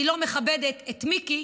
אני לא מכבדת את מיקי,